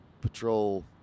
Patrol